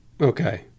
Okay